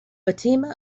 fatima